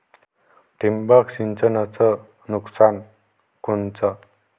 ठिबक सिंचनचं नुकसान कोनचं?